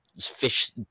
fish